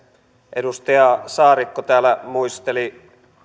edustaja saarikko täällä muisteli